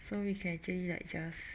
so we can actually like just